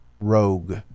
rogue